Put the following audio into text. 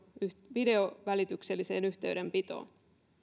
videovälitykselliseen yhteydenpitoon